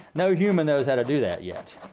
no human knows how to do that yet.